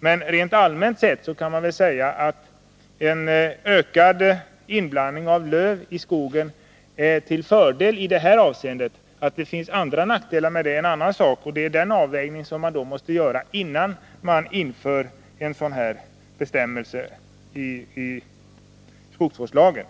Men rent allmänt kan man säga att en ökad inblandning av lövskog i skogen är till fördel i här aktuellt avseende. Att det också finns nackdelar är en annan sak. Det är avvägningen mellan föroch nackdelarna som måste göras, innan vi inför en sådan här bestämmelse i skogsvårdslagen.